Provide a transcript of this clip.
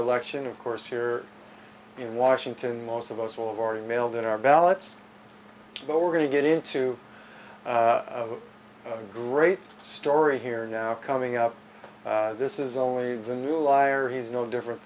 election of course here in washington most of us will have our e mail that our ballots but we're going to get into a great story here now coming up this is only the new liar he's no different